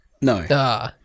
no